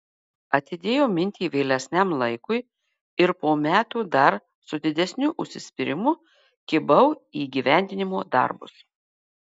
atidėjau mintį vėlesniam laikui ir po metų dar su didesniu užsispyrimu kibau į įgyvendinimo darbus